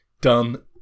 done